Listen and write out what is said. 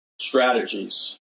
strategies